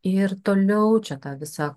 ir toliau čia ta visa